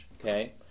Okay